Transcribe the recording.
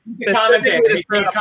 specifically